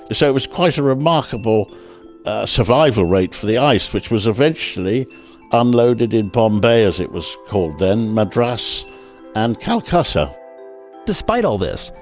so it was quite a remarkable survival rate for the ice, which was eventually unloaded in bombay as it was called then, madras and calcutta despite all this,